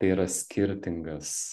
tai yra skirtingas